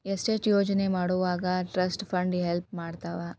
estate ಯೋಜನೆ ಮಾಡೊವಾಗ trust fund help ಮಾಡ್ತವಾ